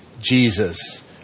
Jesus